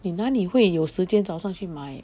你哪里会有时间早上去买